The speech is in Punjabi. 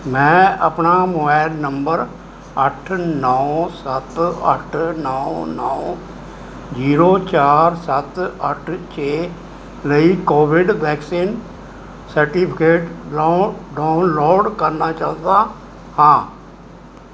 ਮੈਂ ਆਪਣਾ ਮੋਬਾਇਲ ਨੰਬਰ ਅੱਠ ਨੌ ਸੱਤ ਅੱਠ ਨੌ ਨੌ ਜੀਰੋ ਚਾਰ ਸੱਤ ਅੱਠ ਛੇ ਲਈ Covid vaccine certificate down download ਕਰਨਾ ਚਾਹੁੰਦਾ ਹਾਂ